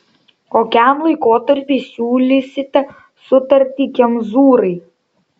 kokiam laikotarpiui siūlysite sutartį kemzūrai